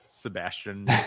Sebastian